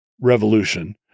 revolution